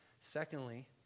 Secondly